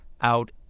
out